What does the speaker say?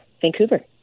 Vancouver